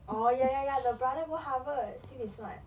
orh ya ya ya the brother go harvard sibei smart